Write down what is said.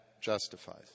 justifies